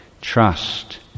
trust